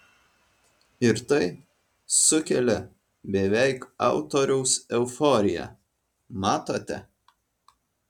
ir tai sukelia beveik autoriaus euforiją matote